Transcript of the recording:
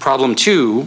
problem too